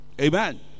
Amen